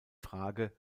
frage